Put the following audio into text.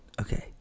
okay